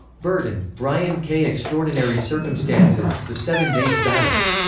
burton, brian k. extraordinary circumstances the seven days battles.